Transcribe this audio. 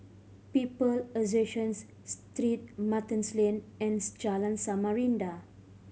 People Associations Street Martin's Lane and Jalan Samarinda